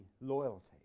loyalty